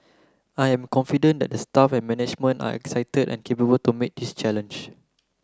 I am confident that the staff and management are excited and capable to meet this challenge